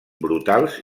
brutals